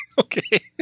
Okay